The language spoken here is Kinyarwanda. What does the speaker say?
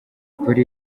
polly